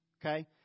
okay